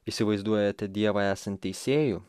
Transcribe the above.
įsivaizduojate dievą esant teisėju